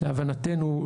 להבנתנו,